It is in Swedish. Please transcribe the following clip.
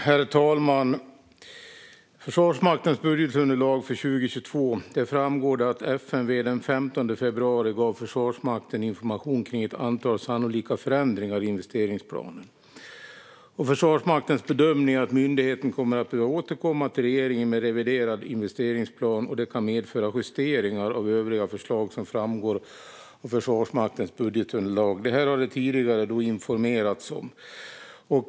Herr talman! I Försvarsmaktens budgetunderlag för 2022 framgår att FMV den 15 februari gav Försvarsmakten information om ett antal sannolika förändringar i investeringsplanen. Försvarsmaktens bedömning är att myndigheten kommer att behöva återkomma till regeringen med en reviderad investeringsplan, och det kan medföra justeringar av övriga förslag som framgår av Försvarsmaktens budgetunderlag. Detta har det tidigare informerats om.